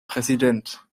präsident